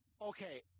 okay